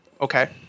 Okay